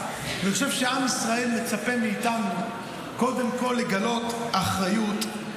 אני חושב שעם ישראל מצפה מאיתנו קודם כול לגלות אחריות,